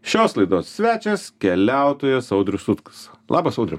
šios laidos svečias keliautojas audrius sutkus labas audriau